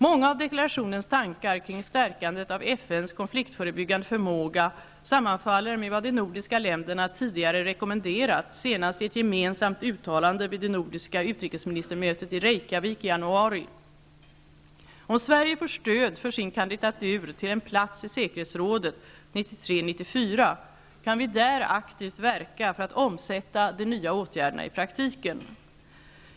Många av deklarationens tankar kring stärkandet av FN:s konfliktförebyggande förmåga sammanfaller med vad de nordiska länderna tidigare rekommenderat, senast i ett gemensamt uttalande vid det nordiska utrikesministermötet i Reykjavik i januari. Om Sverige får stöd för sin kandidatur till en plats i säkerhetsrådet 1993--94 kan vi där aktivt verka för att omsätta de nya åtgärderna i praktiken.